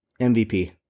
MVP